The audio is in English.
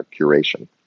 curation